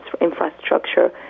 infrastructure